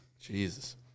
Jesus